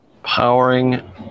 Powering